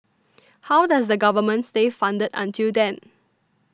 how does the Government stay funded until then